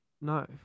No